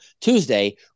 Tuesday